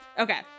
Okay